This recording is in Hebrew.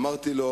אמרתי לו: